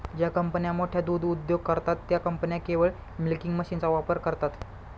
ज्या कंपन्या मोठे दूध उद्योग करतात, त्या कंपन्या केवळ मिल्किंग मशीनचा वापर करतात